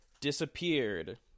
disappeared